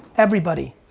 everybody.